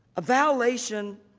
a violation